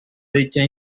dicha